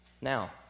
Now